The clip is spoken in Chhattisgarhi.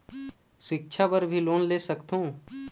सिक्छा बर भी लोन ले सकथों?